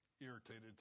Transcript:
irritated